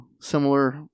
similar